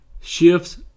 shifts